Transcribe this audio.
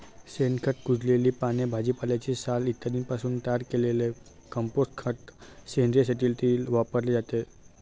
शेणखत, कुजलेली पाने, भाजीपाल्याची साल इत्यादींपासून तयार केलेले कंपोस्ट खत सेंद्रिय शेतीत वापरले जाते